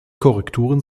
korrekturen